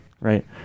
right